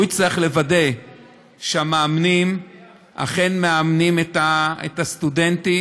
הוא יצטרך לוודא שהמאמנים אכן מאמנים את הסטודנטים,